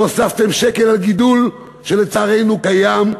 לא הוספתם שקל לגידול שלצערנו קיים.